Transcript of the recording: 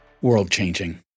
World-changing